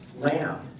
lamb